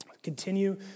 Continue